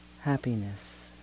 happiness